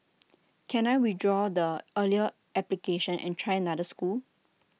can I withdraw the earlier application and try another school